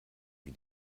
wie